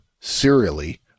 serially